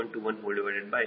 941 0